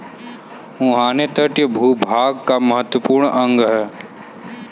मुहाने तटीय भूभाग का महत्वपूर्ण अंग है